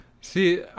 See